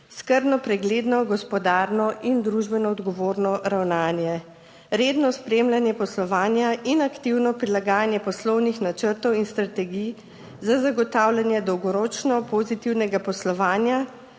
skrbno, pregledno, gospodarno in družbeno odgovorno ravnanje, redno spremljanje poslovanja in aktivno prilagajanje poslovnih načrtov in strategij za zagotavljanje dolgoročno pozitivnega poslovanja